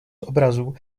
obrazu